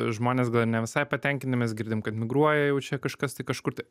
žmonės gal ir ne visai patenkinti mes girdim kad migruoja jau čia kažkas tai kažkur tai